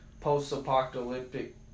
post-apocalyptic